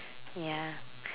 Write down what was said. ya